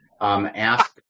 ask